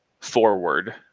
forward